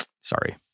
Sorry